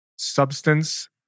substance